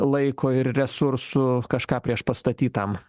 laiko ir resursų kažką priešpastatytam